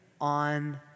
on